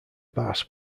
bass